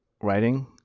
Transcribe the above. writing